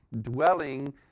dwelling